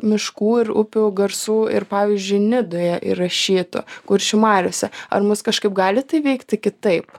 miškų ir upių garsų ir pavyzdžiui nidoje įrašytų kuršių mariose ar mus kažkaip gali tai veikti kitaip